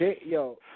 yo